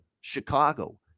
Chicago